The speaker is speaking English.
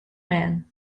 man